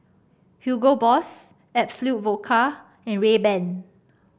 Hugo Boss Absolut Vodka and Rayban